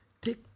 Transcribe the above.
Take